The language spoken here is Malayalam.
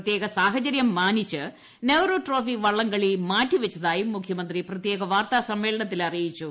പ്രത്യേക സാഹചര്യം മാനിച്ച് നെഹ്റു ട്രോഫി വള്ളംകളി മാറ്റിവച്ചതായും മുഖ്യമന്ത്രി പ്രത്യേക വാർത്താ സമ്മേളനത്തിൽ അറിയിച്ചു